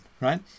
Right